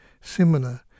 similar